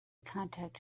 contact